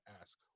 ask